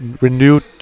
renewed